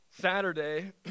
Saturday